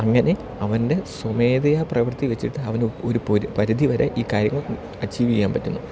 അങ്ങനെ അവൻ്റെ സ്വമേതയ പ്രവർത്തി വെച്ചിട്ട് അവന് ഒരു പരിധിവരെ ഈ കാര്യങ്ങൾ അച്ചീവ് ചെയ്യാൻ പറ്റുന്നു